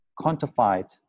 quantified